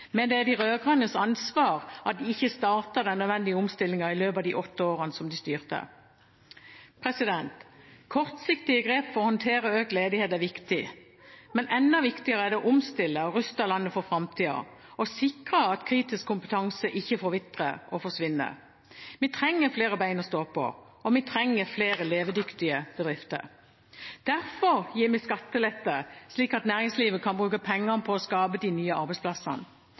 Men det er de rød-grønnes ansvar at de ikke startet den nødvendige omstillingen i løpet av de åtte årene de styrte. Kortsiktige grep for å håndtere økt ledighet er viktig, men enda viktigere er det å omstille og ruste landet for framtida og sikre at kritisk kompetanse ikke forvitrer og forsvinner. Vi trenger flere bein å stå på, og vi trenger flere levedyktige bedrifter. Derfor gir vi skattelette slik at næringslivet kan bruke pengene på å skape de nye arbeidsplassene,